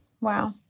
Wow